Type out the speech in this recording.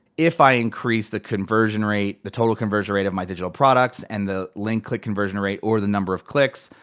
if i increase the conversion rate, the total conversion rate of my digital products, and the link click conversion rate or the number of clicks,